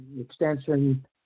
extension